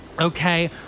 Okay